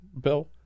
bill